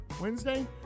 Wednesday